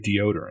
deodorant